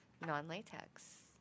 non-latex